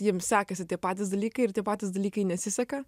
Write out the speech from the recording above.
jiems sekasi tie patys dalykai ir tie patys dalykai nesiseka